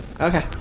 Okay